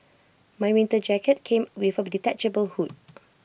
my winter jacket came with A detachable hood